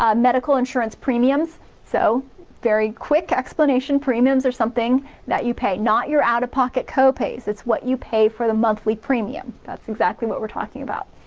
ah medical insurance premiums so very quick explanation premiums are something that you pay, not your outta pocket copay. it's what you pay for the monthly premium that's exactly what we're talking about.